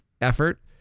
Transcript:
effort